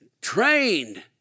trained